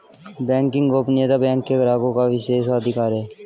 banking गोपनीयता bank के ग्राहकों का विशेषाधिकार है